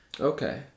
Okay